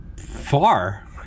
far